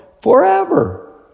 forever